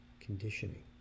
conditioning